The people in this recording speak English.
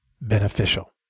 beneficial